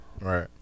Right